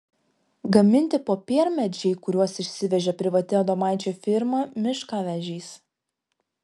gaminti popiermedžiai kuriuos išsivežė privati adomaičio firma miškavežiais